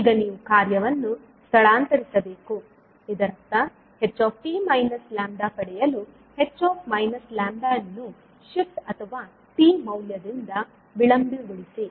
ಈಗ ನೀವು ಕಾರ್ಯವನ್ನು ಸ್ಥಳಾಂತರಿಸಬೇಕು ಇದರರ್ಥ ht λ ಪಡೆಯಲು h λ ಯನ್ನು ಶಿಫ್ಟ್ ಅಥವಾ 𝑡 ಮೌಲ್ಯದಿಂದ ವಿಳಂಬಗೊಳಿಸಿ